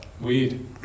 Weed